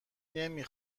نمی